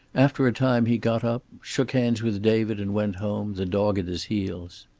after a time he got up, shook hands with david and went home, the dog at his heels.